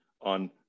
on